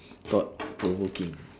thought-provoking